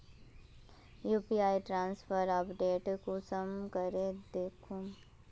UPI transfer update कुंसम करे दखुम?